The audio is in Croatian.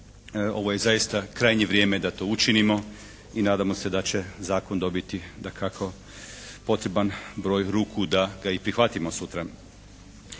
ovo je zaista krajnje vrijeme da to učinimo i nadamo se da će zakon dobiti dakako potreban broj ruku da ga i prihvatimo sutra.